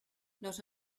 not